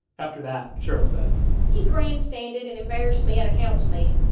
after that, cheryl says he grandstanded and embarrassed me at a council meeting.